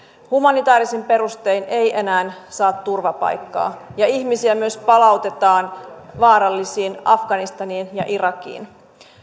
humanitaarisin perustein ei enää saa turvapaikkaa ja ihmisiä myös palautetaan vaarallisiin afganistaniin ja irakiin